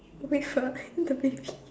a bit far the baby